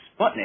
Sputnik